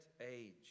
age